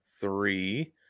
three